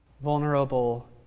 vulnerable